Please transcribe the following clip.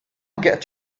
get